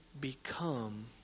become